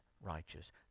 righteous